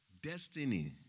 destiny